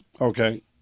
Okay